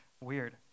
Weird